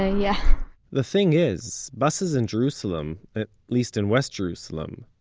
yeah the thing is, buses in jerusalem, at least in west jerusalem,